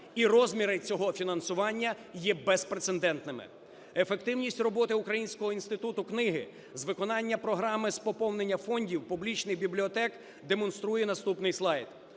і розміри цього фінансування є безпрецедентними. Ефективність роботи Українського інституту книги з виконання програми з поповнення фондів публічних бібліотек демонструє наступний слайд.